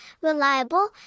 reliable